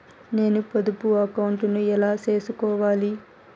నేను పొదుపు అకౌంటు ను ఎలా సేసుకోవాలి?